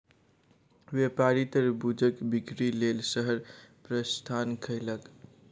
व्यापारी तरबूजक बिक्री लेल शहर प्रस्थान कयलक